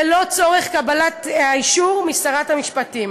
ללא צורך בקבלת אישור משר המשפטים.